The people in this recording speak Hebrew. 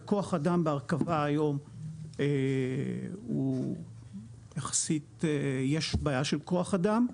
וכוח אדם בהרכבה היום הוא יחסית יש בעיה של כוח אדם.